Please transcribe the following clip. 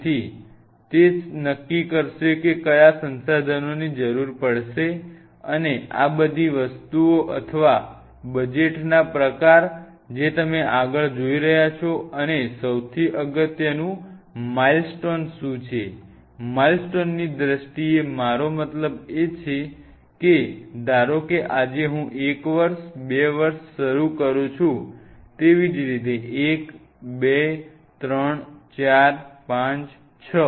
તેથી તે નક્કી કરશે કે કયા સંસાધનોની જરૂર પડશે અને આ બધી વસ્તુઓ અથવા બજેટના પ્રકાર જે તમે આગળ જોઈ રહ્યા છો અને સૌથી અગત્યનું માઇલસ્ટોન શું છે માઇલસ્ટોનની દ્રષ્ટિએ મારો મતલબ છે કે ધારો કે આજે હું એક વર્ષ બે વર્ષ શરૂ કરું છું તેવી જ રીતે એક બે ત્રણ ચાર પાંચ છ